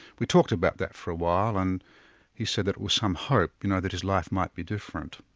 we talked about that for a while and he said that with some hope, you know, that his life might be different.